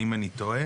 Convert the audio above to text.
האם אני טועה?